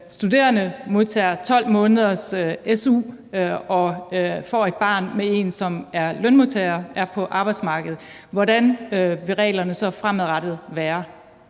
studerende modtager 12 måneders su og får et barn med en, som er lønmodtager og er på arbejdsmarkedet? Hvordan vil reglerne så fremadrettet være?